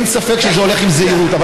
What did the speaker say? אין ספק שזה הולך עם זהירות,